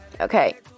Okay